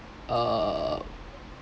err